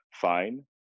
fine